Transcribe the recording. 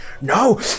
no